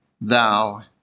Thou